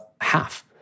half